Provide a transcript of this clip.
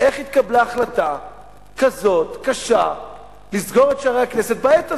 איך התקבלה החלטה כזאת קשה לסגור את שערי הכנסת בעת הזאת,